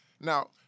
Now